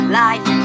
life